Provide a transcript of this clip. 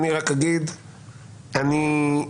אגב,